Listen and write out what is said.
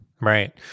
Right